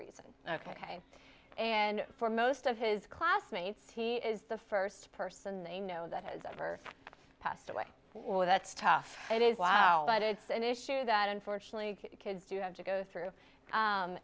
reason ok and for most of his classmates he is the first person they know that has ever passed away or that stuff it is wow but it's an issue that unfortunately kids do have to go through